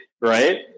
Right